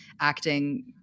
acting